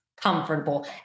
comfortable